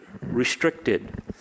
restricted